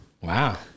Wow